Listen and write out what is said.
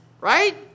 Right